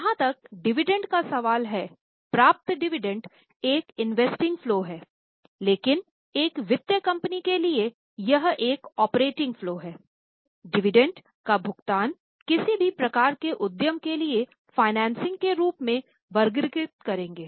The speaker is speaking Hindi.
जहाँ तक डिविडेंड के रूप में वर्गीकृत करेंगे